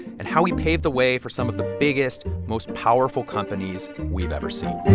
and how he paved the way for some of the biggest, most powerful companies we've ever seen